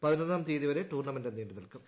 പതിനൊന്നാം തീയതി വരെ ടൂർണമെന്റ് നീണ്ടു നിൽക്കും